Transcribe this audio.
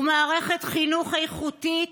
ומערכת חינוך איכותית